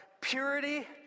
purity